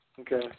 Okay